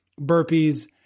burpees